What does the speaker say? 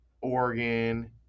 Oregon